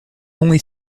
only